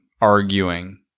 arguing